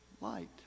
Light